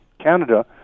Canada